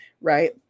right